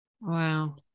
Wow